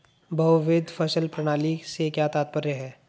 बहुविध फसल प्रणाली से क्या तात्पर्य है?